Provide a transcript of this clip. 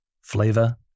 Flavor